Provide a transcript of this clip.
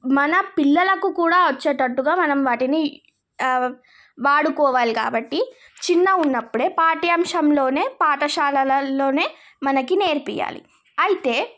మన పిల్లలకు కూడా వచ్చేటట్టుగా మనం వాటిని వాడుకోవాలి కాబట్టి చిన్న ఉన్నప్పుడే పాఠ్యాంశంలోనే పాఠశాలలల్లోనే మనకి నేర్పించాలి అయితే